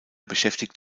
beschäftigt